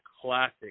classic